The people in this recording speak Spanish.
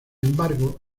embargo